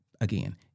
again